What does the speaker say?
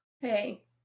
hey